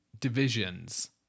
divisions